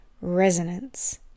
resonance